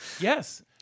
yes